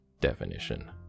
Definition